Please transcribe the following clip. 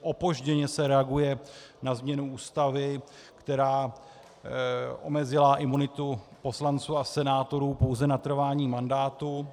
Opožděně se reaguje na změnu Ústavy, která omezila imunitu poslanců a senátorů pouze na trvání mandátu.